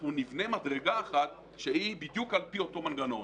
אנחנו נבנה מדרגה אחת שהיא בדיוק על פי אותו מנגנון,